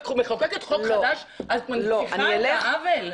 את מחוקקת חוק חדש ואת מנציחה את העוול?